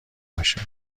باشه